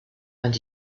and